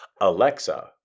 Alexa